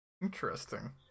Interesting